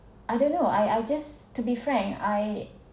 I don't know I I just to be frank I